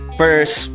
first